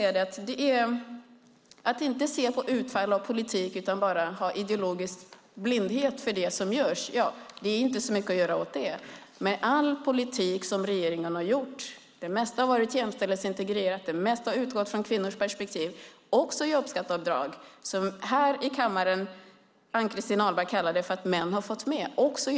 Att man inte ser på utfallet av politiken utan bara har ideologisk blindhet kan jag inte göra så mycket åt. Men det mesta av regeringens politik har varit jämställdhetsintegrerat och utgått från kvinnors perspektiv. Det gäller också jobbskatteavdraget där Ann-Christin Ahlberg säger att männen har fått mer.